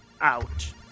out